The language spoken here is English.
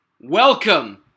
Welcome